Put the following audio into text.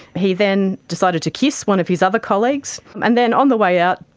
he then decided to kiss one of his other colleagues, and then on the way out,